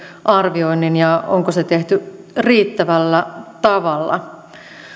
arvioinnin ja onko se tehty riittävällä tavalla